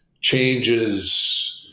changes –